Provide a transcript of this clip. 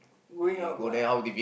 going out but